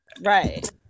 Right